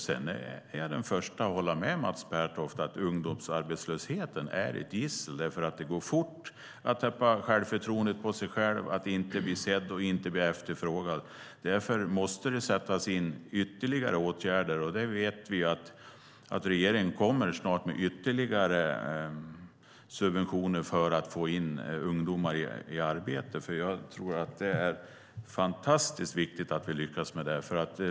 Sedan är jag den förste att hålla med Mats Pertoft om att ungdomsarbetslösheten är ett gissel eftersom det går fort att tappa självförtroendet när man inte blir sedd och inte blir efterfrågad. Därför måste det vidtas ytterligare åtgärder. Och vi vet att regeringen snart kommer med ytterligare subventioner för att få in ungdomar i arbete. Jag tror att det är mycket viktigt att vi lyckas med det.